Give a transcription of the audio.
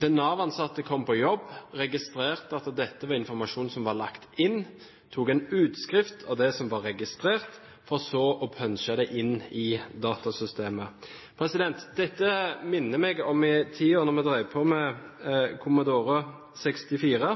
Den Nav-ansatte kom på jobb, registrerte at dette var informasjon som var lagt inn, tok en utskrift av det som var registrert, for så å punche det inn i datasystemet. Dette minner meg om den tiden da vi drev på med Commodore 64.